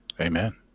Amen